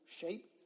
shape